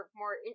more